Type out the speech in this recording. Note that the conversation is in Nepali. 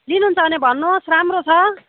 लिनुहुन्छ भने भन्नुहोस् राम्रो छ